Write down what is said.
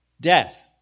Death